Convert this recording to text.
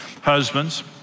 Husbands